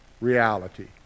reality